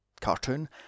cartoon